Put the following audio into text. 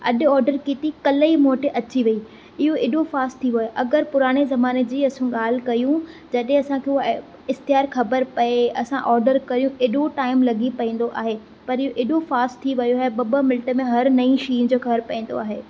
अॼु ऑर्डर कई कल्ह ई मोटे अची वई इहो एॾो फास्ट थी वियो आहे अगरि पुराणे ज़माने जी असां ॻाल्हि कयूं जडे असांखे उहा ए इश्तिहार ख़बरु पए असां ऑर्डर कयूं एॾो टाइम लॻी पवंदो आहे पर इहो एॾो फास्ट थी वियो आहे ॿ ॿ मिंट में हर नईं शइ जी ख़बरु पवंदो आहे